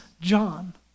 John